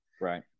Right